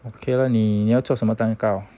okay lah 你你要做什么蛋糕